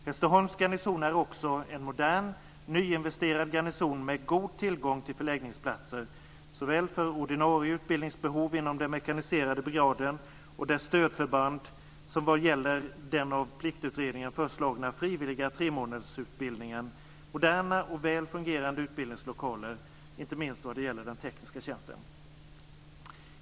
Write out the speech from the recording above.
Hässleholms garnison är också en modern, nyinvesterad garnison med god tillgång till förläggningsplatser, såväl för ordinarie utbildningsbehov inom den mekaniserade brigaden och dess stödförband som vad gäller den av Pliktutredningen föreslagna frivilliga tremånadersutbildningen, moderna och väl fungerande utbildningslokaler, inte minst vad gäller den tekniska tjänsten.